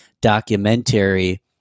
documentary